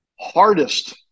hardest